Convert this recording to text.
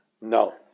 No